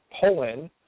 Poland